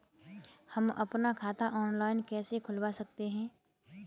हम अपना खाता ऑनलाइन कैसे खुलवा सकते हैं?